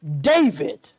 David